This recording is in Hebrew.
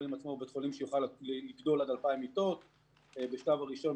בית החולים יוכל לגדול עד 2,000 מיטות; בשלב הראשון,